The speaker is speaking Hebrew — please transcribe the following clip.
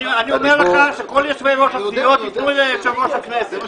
אומר לך שכל יושבי-ראש הסיעות יפנו ליושב-ראש הכנסת.